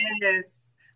Yes